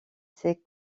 ses